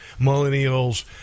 millennials